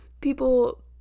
people